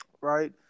right